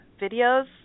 videos